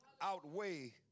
outweigh